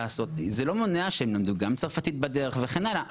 זה לא מונע שהם למדו גם צרפתית בדרך וכן הלאה,